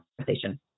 conversation